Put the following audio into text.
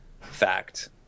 fact